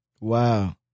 Wow